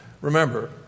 Remember